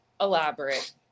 elaborate